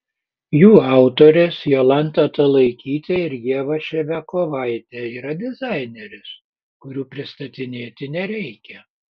jų autorės jolanta talaikytė ir ieva ševiakovaitė yra dizainerės kurių pristatinėti nereikia